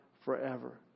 Forever